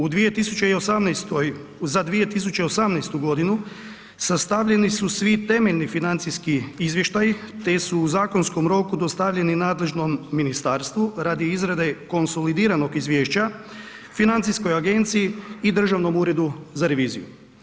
U 2018., za 2018. godinu sastavljeni su svi temeljni financijski izvještaji te su u zakonskom roku dostavljeni nadležnom ministarstvu radi izrade konsolidiranog izvješća, Financijskoj agenciji i Državno uredu za reviziju.